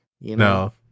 No